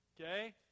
okay